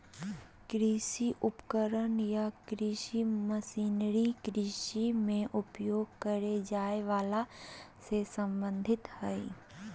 कृषि उपकरण या कृषि मशीनरी कृषि मे उपयोग करे जाए वला से संबंधित हई